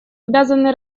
обязаны